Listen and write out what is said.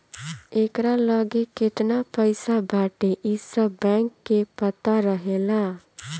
एकरा लगे केतना पईसा बाटे इ सब बैंक के पता रहेला